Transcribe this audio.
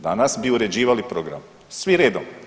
Danas bi uređivali program, svi redom.